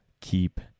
keep